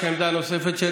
יש עמדה נוספת, של